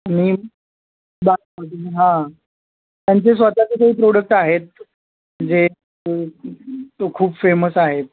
मी हां त्यांचे स्वतःचे जे प्रोडक्ट आहेत जे तो खूप फेमस आहेत